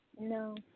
No